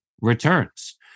returns